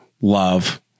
Love